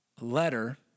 letter